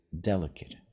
delicate